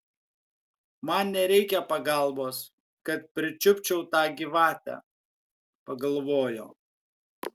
man nereikia pagalbos kad pričiupčiau tą gyvatę pagalvojo